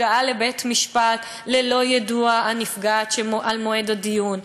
הגעה לבית-משפט ללא יידוע הנפגעת על מועד הדיון,